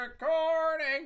recording